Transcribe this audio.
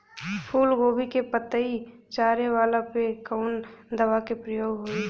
फूलगोभी के पतई चारे वाला पे कवन दवा के प्रयोग होई?